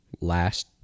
last